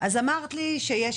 אמרת לי שיש